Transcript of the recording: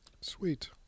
Sweet